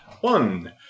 One